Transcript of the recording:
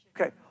Okay